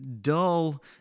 dull